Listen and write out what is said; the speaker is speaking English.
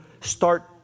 start